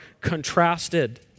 contrasted